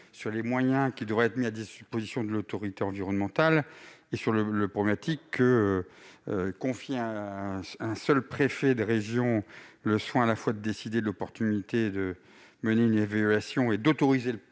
sur les moyens qui devraient être mis à la disposition de l'autorité environnementale. Il est problématique de confier au seul préfet de région le soin de décider de l'opportunité de mener une évaluation et celui d'autoriser le